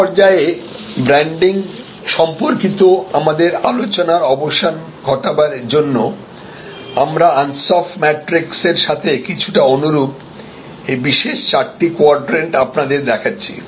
এই পর্যায়ে ব্র্যান্ডিং সম্পর্কিত আমাদের আলোচনার অবসান ঘটাবার জন্যে আমরা আনসফ ম্যাট্রিক্সেরসাথে কিছুটা অনুরূপ এই বিশেষ চারটি কোয়াড্রেন্ট আপনাদের দেখাচ্ছি